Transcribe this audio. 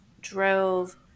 drove